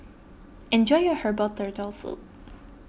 enjoy your Herbal Turtle Soup